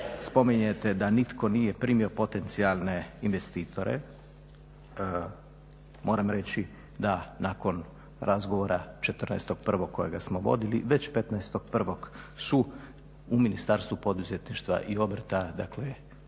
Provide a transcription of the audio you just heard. spominjete da nije primio potencijalne investitore, moram reći da nakon razgovora 14.01. kojega smo vodili, već 15.01. su u Ministarstvu poduzetništva i obrta, dakle